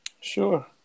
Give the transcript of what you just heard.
Sure